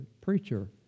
preacher